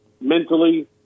mentally